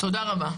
תודה רבה.